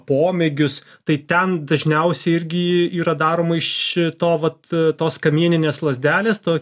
pomėgius tai ten dažniausiai irgi yra daroma iš to vat tos kamieninės lazdelės to